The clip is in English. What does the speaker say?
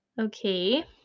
Okay